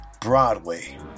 Broadway